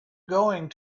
going